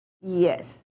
Yes